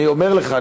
אני אומר לך,